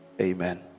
Amen